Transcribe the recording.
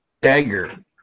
Dagger